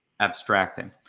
abstracting